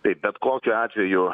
tai bet kokiu atveju